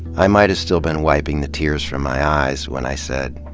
i might have still been wiping the tears from my eyes when i said,